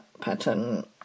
pattern